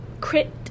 crit